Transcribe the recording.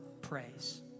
praise